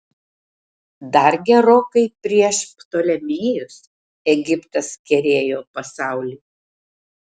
dar gerokai prieš ptolemėjus egiptas kerėjo pasaulį